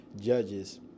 judges